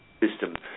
system